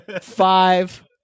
Five